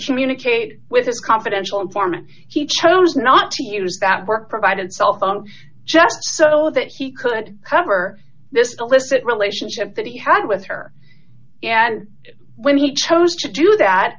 communicate with his confidential informant he chose not to use that work provided cell phone just so that he could cover this illicit relationship that he had with her and when he chose to do that